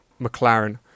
McLaren